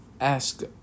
Ask